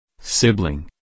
Sibling